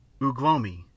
Uglomi